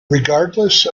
regardless